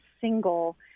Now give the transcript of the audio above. single